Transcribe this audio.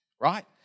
right